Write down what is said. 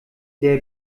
der